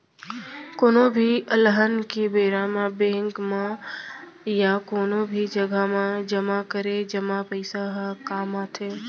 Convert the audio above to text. कोनो भी अलहन के बेरा म बेंक म या कोनो भी जघा म जमा करे जमा पइसा ह काम आथे